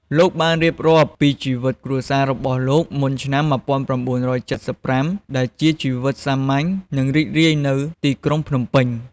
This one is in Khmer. លោកបានរៀបរាប់ពី ជីវិតគ្រួសាររបស់លោកមុនឆ្នាំ ១៩៧៥ ដែលជាជីវិតសាមញ្ញ និងរីករាយនៅទីក្រុងភ្នំពេញ។